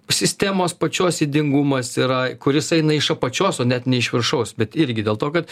sistemos pačios ydingumas yra kuris eina iš apačios o net ne iš viršaus bet irgi dėl to kad